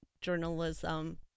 journalism